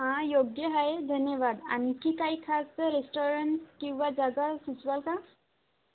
हां योग्य आहे धन्यवाद आणखी काही खास रेस्टॉरंट किंवा जागा सुचवाल का